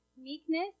meekness